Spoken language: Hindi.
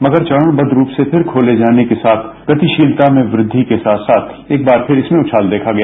मगर चरणबद्व रूप से फिर खोले जाने के साथ गतिशीलता में वृद्धि के साथ साथ एक बार फिर इसमें उछाल देखा गया